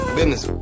Business